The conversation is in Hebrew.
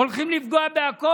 הולכים לפגוע בהכול.